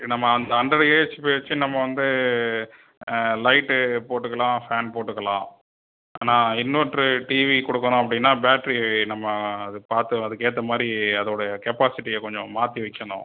நம்ம அந்த ஹண்ட்ரட் ஏஹெச்பிய வைத்து நம்ம வந்து லைட்டு போட்டுக்கலாம் ஃபேன் போட்டுக்கலாம் ஆனால் இன்வட்ரு டிவிக்கு கொடுக்கணும் அப்படின்னா பேட்ரி நம்ம அது பார்த்து அதுக்கேற்ற மாதிரி அதோடய கெப்பாசிட்டியை கொஞ்சம் மாற்றி வைக்கணும்